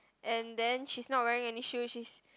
and then she's not wearing any shoes she's